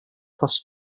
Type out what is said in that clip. class